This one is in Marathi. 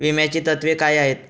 विम्याची तत्वे काय आहेत?